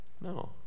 No